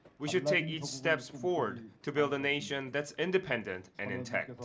we should take each steps forward to build a nation that's independent and intact.